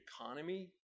economy